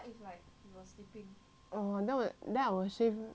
oh then 我会 shave back 那个人 lor